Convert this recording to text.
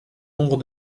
nombre